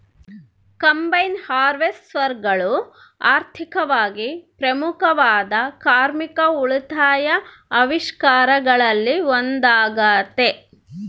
combine ಹಾರ್ವೆಸ್ಟರ್ಗಳು ಆರ್ಥಿಕವಾಗಿ ಪ್ರಮುಖವಾದ ಕಾರ್ಮಿಕ ಉಳಿತಾಯ ಆವಿಷ್ಕಾರಗಳಲ್ಲಿ ಒಂದಾಗತೆ